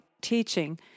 teaching